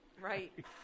Right